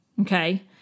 okay